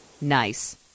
Nice